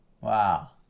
Wow